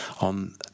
on